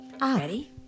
Ready